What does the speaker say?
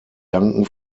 danken